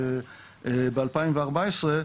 ב-2014,